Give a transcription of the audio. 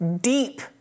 deep